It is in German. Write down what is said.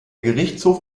gerichtshof